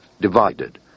divided